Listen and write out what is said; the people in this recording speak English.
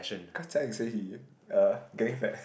cause Jia Ying say he uh getting fat